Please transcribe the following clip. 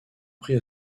pris